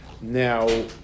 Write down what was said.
Now